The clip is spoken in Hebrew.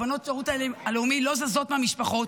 בנות השירות הלאומי לא זזות מהמשפחות,